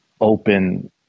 open